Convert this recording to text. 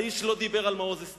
האיש לא דיבר על מעוז-אסתר,